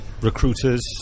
recruiters